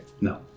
No